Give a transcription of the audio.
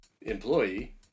Employee